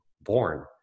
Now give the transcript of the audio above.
born